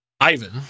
Ivan